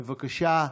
בבקשה,